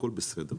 הכול בסדר,